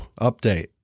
Update